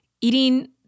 eating